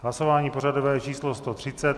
Hlasování pořadové číslo 130.